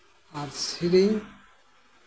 ᱟᱨ ᱥᱮᱨᱮᱧ